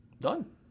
Done